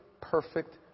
perfect